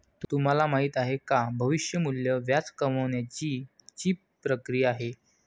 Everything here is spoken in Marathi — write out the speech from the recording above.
तुम्हाला माहिती आहे का? भविष्य मूल्य व्याज कमावण्याची ची प्रक्रिया आहे